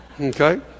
Okay